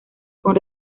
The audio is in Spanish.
con